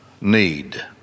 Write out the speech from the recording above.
need